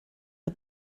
the